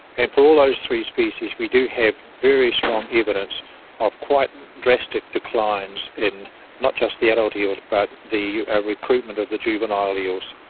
and for all those three species we do have very strong evidence of quite drastic declines in not just the adult eels but the ah recruitment of the juvenile eels,